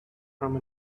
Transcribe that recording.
from